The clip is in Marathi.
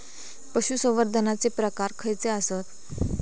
पशुसंवर्धनाचे प्रकार खयचे आसत?